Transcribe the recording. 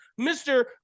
Mr